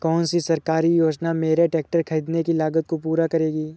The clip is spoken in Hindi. कौन सी सरकारी योजना मेरे ट्रैक्टर ख़रीदने की लागत को पूरा करेगी?